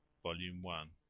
volume one,